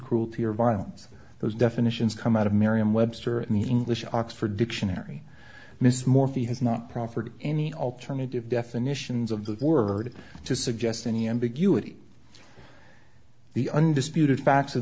cruelty or violence those definitions come out of merriam webster in the english oxford dictionary miss morphy has not proffered any alternative definitions of the word to suggest any ambiguity the undisputed facts of